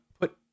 put